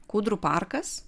kūdrų parkas